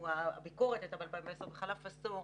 הביקורת הייתה מ-2010 וחלף עשור.